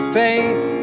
faith